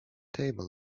table